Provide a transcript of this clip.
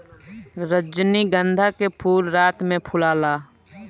रजनीगंधा के फूल रात में फुलाला